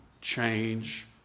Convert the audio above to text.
change